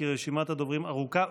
כי רשימת הדוברים ארוכה,